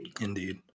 Indeed